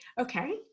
Okay